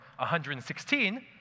116